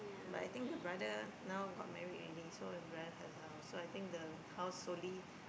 but I think her brother now got married already so her brother has her house so I think the house solely